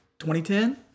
2010